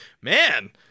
man